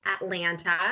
Atlanta